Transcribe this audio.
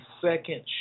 second